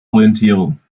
orientierung